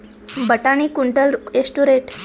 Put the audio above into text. ಬಟಾಣಿ ಕುಂಟಲ ಎಷ್ಟು ರೇಟ್?